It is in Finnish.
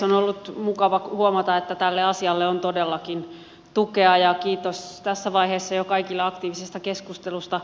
on ollut mukava huomata että tälle asialle on todellakin tukea ja kiitos tässä vaiheessa jo kaikille aktiivisesta keskustelusta